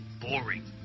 boring